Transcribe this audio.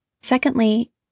Secondly